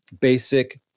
basic